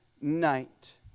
night